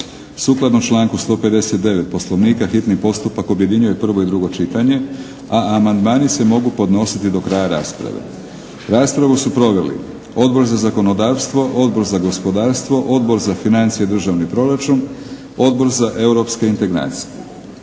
Sukladno članku 159. Poslovnika hitni postupak objedinjuje prvo i drugo čitanje, a amandmani se mogu podnositi do kraja rasprave. Raspravu su proveli Odbor za zakonodavstvo, Odbor za gospodarstvo, Odbor za gospodarstvo, Odbor za financije i državni proračun, Odbor za europske integracije.